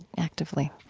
actively?